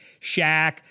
Shaq